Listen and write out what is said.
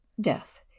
Death